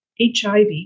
HIV